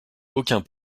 aucun